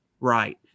Right